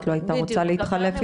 ויש מביניהם קשים יותר,